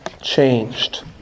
changed